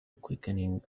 quickening